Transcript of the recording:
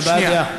זו הבעת דעה.